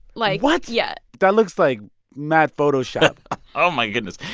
like. what? yeah that looks like mad photoshop oh, my goodness.